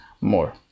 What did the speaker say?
more